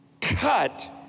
cut